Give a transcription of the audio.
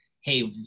hey